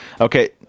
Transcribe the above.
Okay